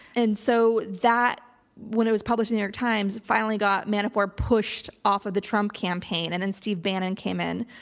and so that when it was published in new york times, finally got manafort pushed off of the trump campaign and then steve bannon came in.